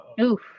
oof